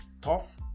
tough